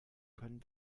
können